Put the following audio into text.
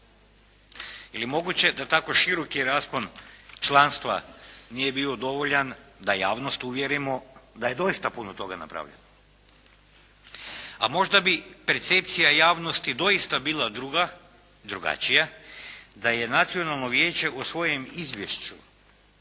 li moguće da tako široki raspon članstva nije bio dovoljan da javnost uvjerimo da je doista puno toga napravljeno. A možda bi percepcija javnosti doista bila druga i drugačija da je nacionalno vijeće u svojem izvješću